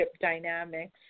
dynamics